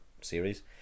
series